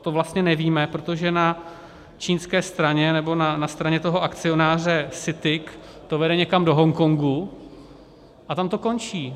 To vlastně nevíme, protože na čínské straně, nebo na straně toho akcionáře CITIC to vede někam do Hongkongu a tam to končí.